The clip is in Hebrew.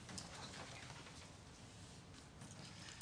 אני רוצה לעבור בבקשה להדר